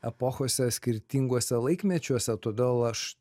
epochose skirtinguose laikmečiuose todėl aš